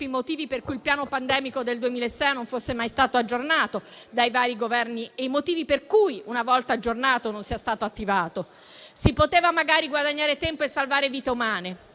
motivi per cui il Piano pandemico del 2006 non fosse mai stato aggiornato dai vari Governi, e i motivi per cui, una volta aggiornato, non sia stato attivato. Si poteva magari guadagnare tempo e salvare vite umane.